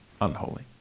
unholy